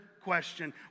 question